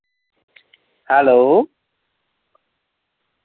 hello